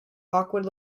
awkward